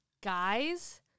guys